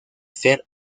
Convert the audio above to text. ser